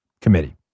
committee